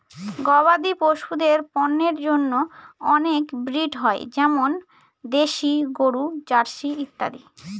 গবাদি পশুদের পন্যের জন্য অনেক ব্রিড হয় যেমন দেশি গরু, জার্সি ইত্যাদি